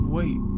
Wait